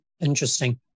interesting